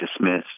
dismissed